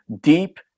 deep